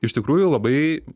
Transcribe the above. iš tikrųjų labai